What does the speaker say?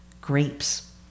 grapes